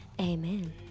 Amen